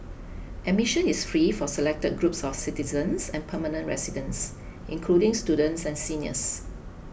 admission is free for selected groups of citizens and permanent residents including students and seniors